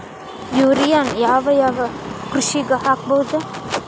ಯೂರಿಯಾನ ಯಾವ್ ಯಾವ್ ಕೃಷಿಗ ಹಾಕ್ಬೋದ?